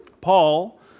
Paul